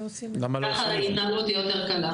כך ההתנהלות תהיה יותר קלה.